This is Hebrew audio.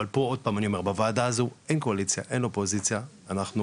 פה אני עוד פעם בוועדה הזו אין אופוזיציה אין קואליציה,